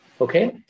Okay